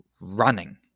running